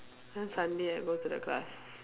then sunday I go to the class